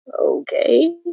Okay